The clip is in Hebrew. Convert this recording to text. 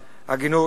וההגינות,